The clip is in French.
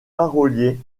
parolier